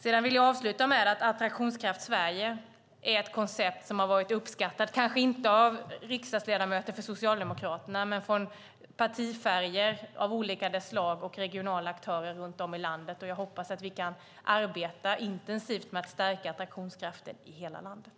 Jag vill avsluta med att Attraktionskraft Sverige är ett koncept som har varit uppskattat, kanske inte av riksdagsledamöter från Socialdemokraterna men av partier av olika färg och av regionala aktörer runt om i landet. Jag hoppas att vi kan arbeta intensivt med att stärka attraktionskraften i hela landet.